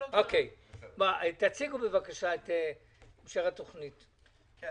מי שאין לו דירה.